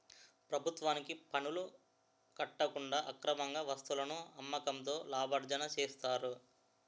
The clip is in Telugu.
ప్రభుత్వానికి పనులు కట్టకుండా అక్రమార్గంగా వస్తువులను అమ్మకంతో లాభార్జన చేస్తారు